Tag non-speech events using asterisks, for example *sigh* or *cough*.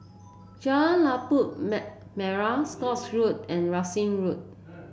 Jalan Labu *unintelligible* Merah Scotts Road and Russel Road